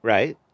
Right